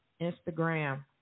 Instagram